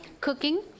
cooking